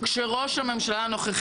כראשי הממשלה,